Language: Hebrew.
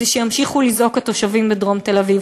כדי שימשיכו לזעוק התושבים בדרום תל-אביב,